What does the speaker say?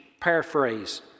paraphrase